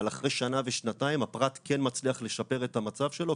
אבל אחרי שנה ושנתיים הפרט כן מצליח לשפר את המצב שלו.